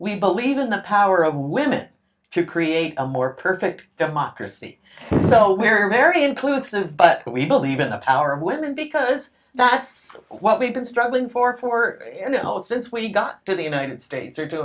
we believe in the power of women to create a more perfect democracy so we're very inclusive but we believe in the power of women because that's what we've been struggling for for you know since way got to the united states or do